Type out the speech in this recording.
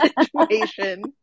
situation